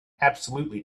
absolutely